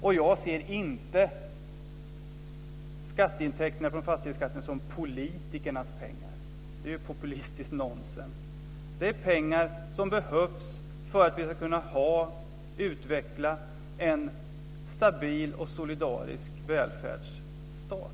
Och jag ser inte skatteintäkterna från fastighetsskatten som politikernas pengar. Det är ju populistiskt nonsens. Det är pengar som behövs för att vi ska kunna ha och utveckla en stabil och solidarisk välfärdsstat.